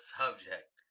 subject